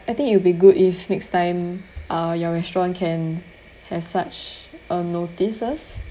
I think it'll be good if next time uh your restaurant can have such a notices